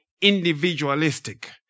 individualistic